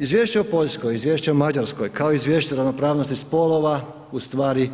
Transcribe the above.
Izvješće o Poljskoj, izvješće o Mađarskoj kao i izvješće o ravnopravnosti spolova ustvari